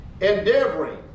endeavoring